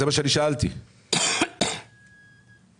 אנחנו